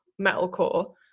metalcore